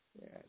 Yes